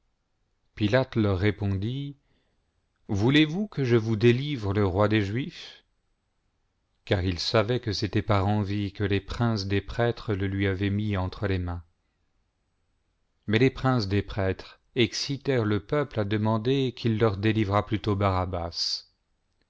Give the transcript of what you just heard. leur répondit voulez-vous que je vous délivre le roi des juifs car il savait que c était par envie que les princes des prêtres le lui avaient mis entre les mains mais les princes des prêtres excitèrent le peuple a demander qu'il leur délivrât plutôt